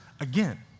again